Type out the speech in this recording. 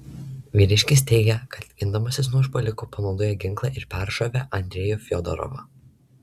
vyriškis teigė kad gindamasis nuo užpuolikų panaudojo ginklą ir peršovė andrejų fiodorovą